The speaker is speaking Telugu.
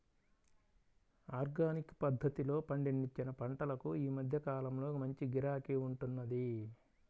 ఆర్గానిక్ పద్ధతిలో పండించిన పంటలకు ఈ మధ్య కాలంలో మంచి గిరాకీ ఉంటున్నది